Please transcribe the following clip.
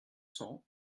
cents